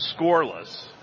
scoreless